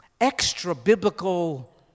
extra-biblical